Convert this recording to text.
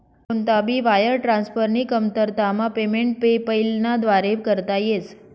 कोणता भी वायर ट्रान्सफरनी कमतरतामा पेमेंट पेपैलना व्दारे करता येस